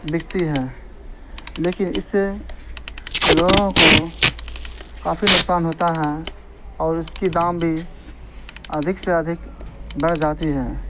بکتی ہیں لیکن اس سے لوگوں کو کافی نقصان ہوتا ہے اور اس کی دام بھی ادھک سے ادھک بڑھ جاتی ہے